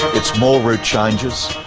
it's more route changes,